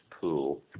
pool